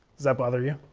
does that bother you?